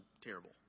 terrible